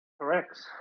Correct